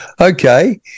Okay